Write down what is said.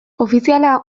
ofiziala